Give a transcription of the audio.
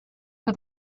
for